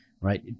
right